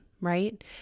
right